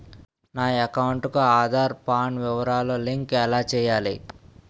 నా అకౌంట్ కు ఆధార్, పాన్ వివరాలు లంకె ఎలా చేయాలి?